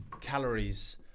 calories